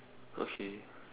okay